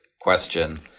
question